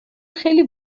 خیلی